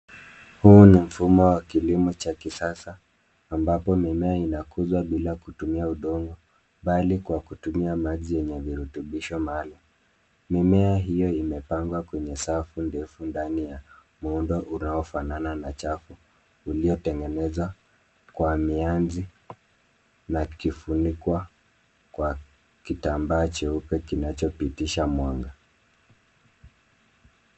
Huu ni mfumo wa kilimo cha kisasa ambapo mimea inakuzwa bila kutumia udongo mbali kwa kutumia maji yenye virutubisho maalum. Mimea hiyo imepangwa kwenye safu ndefu ndani ya muundo unaofanana na chafu uliotengenezwa kwa mianzi na kufunikwa kwa kitambaa cheupe kinachopitisha mwanga.